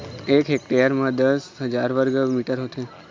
एक हेक्टेयर म दस हजार वर्ग मीटर होथे